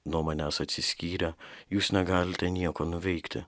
nuo manęs atsiskyrę jūs negalite nieko nuveikti